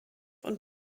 und